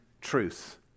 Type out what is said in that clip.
truth